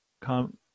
come